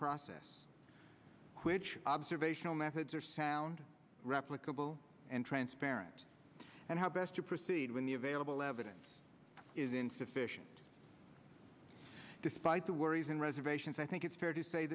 process which observational methods are sound replicable and transparent and how best to proceed when the available evidence is insufficient despite the worries and reservations i think it's fair to say